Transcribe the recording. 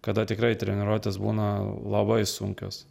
kada tikrai treniruotės būna labai sunkios